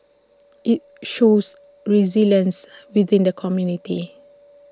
IT shows resilience within the community